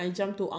so ya